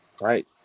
right